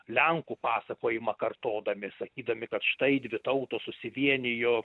lenkų pasakojimą kartodami sakydami kad štai dvi tautos susivienijo